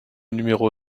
numéro